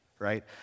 Right